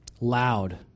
loud